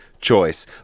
choice